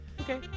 Okay